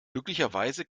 glücklicherweise